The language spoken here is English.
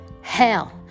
hell